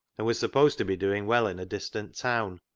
and was supposed to be doing well in a distant town.